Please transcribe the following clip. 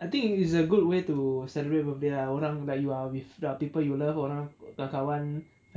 I think it's a good way to celebrate birthday ah orang like you are with lah people you love orang kalau kawan